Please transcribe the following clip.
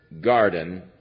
garden